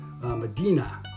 Medina